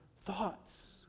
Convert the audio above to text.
thoughts